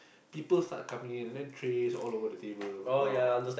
people start coming in and then trays all over the table !wow!